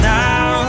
now